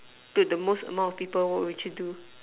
to the most amount of people what would you do